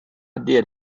did